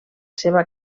seva